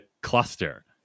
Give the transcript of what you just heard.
cluster